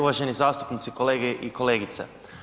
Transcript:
Uvaženi zastupnici, kolege i kolegice.